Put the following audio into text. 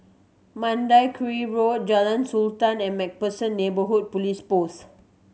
Mandai Quarry Road Jalan Sultan and Macpherson Neighbourhood Police Post